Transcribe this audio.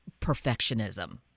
perfectionism